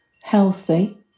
healthy